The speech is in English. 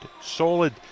solid